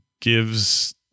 gives